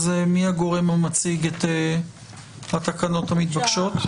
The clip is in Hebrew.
אז מי הגורם המציג את התקנות המתבקשות?